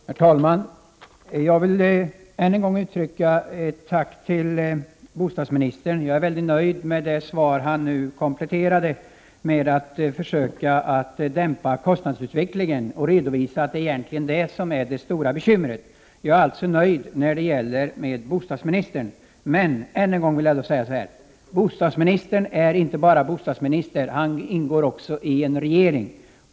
Herr talman! Jag vill än en gång till bostadsministern uttrycka min tacksamhet. Jag är mycket nöjd med hans kompletterande svar då han sade att han skall försöka dämpa kostnadsutvecklingen och att det egentligen är detta som är det stora bekymret. Jag är alltså nöjd med bostadsministerns agerande i detta sammanhang. Men bostadsministern är inte bara bostadsminister. Han ingår också i en regering.